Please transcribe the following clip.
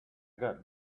got